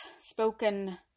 spoken